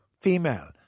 female